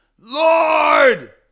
Lord